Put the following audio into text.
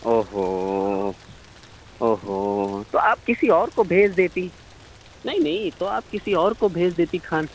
او ہو او ہو تو آپ کسی اور کو بھیج دیتی نہیں نہیں تو آپ کسی اور کو بھیج دیتی کھان